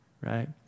right